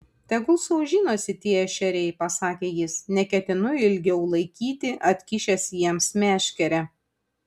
tegul sau žinosi tie ešeriai pasakė jis neketinu ilgiau laikyti atkišęs jiems meškerę